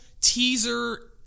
teaser